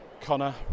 Connor